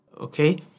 okay